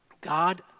God